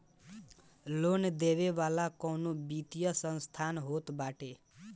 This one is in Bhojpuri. लोन देवे वाला कवनो वित्तीय संस्थान होत बाटे